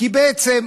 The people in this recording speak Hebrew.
כי בעצם,